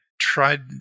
tried